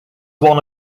one